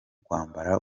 kwambara